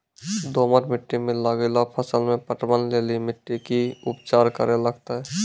दोमट मिट्टी मे लागलो फसल मे पटवन लेली मिट्टी के की उपचार करे लगते?